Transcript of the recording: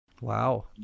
Wow